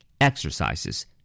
Exercises